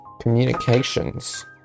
communications